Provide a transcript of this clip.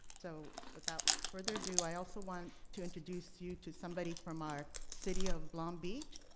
so without further ado, i also want to introduce you to somebody from our city of long beach,